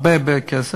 הרבה הרבה כסף.